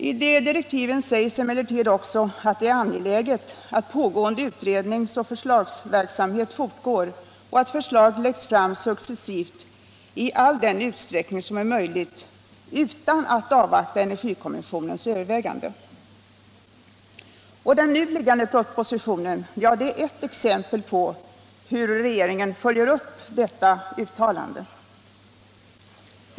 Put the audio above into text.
I direktiven sägs emellertid också att det är angeläget att pågående utredningsoch förslagsverksamhet fortgår och att förslag läggs fram successivt i all den utsträckning som är möjligt, utan att energikommissionens överväganden avvaktas. Den nu liggande propositionen är ett exempel på hur regeringen följer upp detta uttalande.